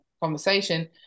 conversation